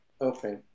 okay